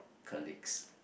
colleagues